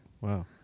wow